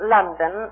London